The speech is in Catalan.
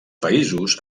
països